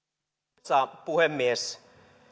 arvoisa puhemies